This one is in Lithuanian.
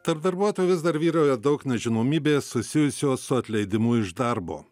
tarp darbuotojų vis dar vyrauja daug nežinomybės susijusios su atleidimu iš darbo